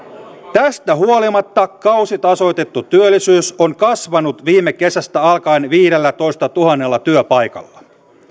tästä huolimatta kausitasoitettu työllisyys on kasvanut viime kesästä alkaen viidellätoistatuhannella työpaikalla